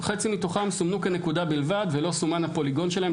חצי מתוכם סומנו כנקודה בלבד ולא סומן הפוליגון שלהם,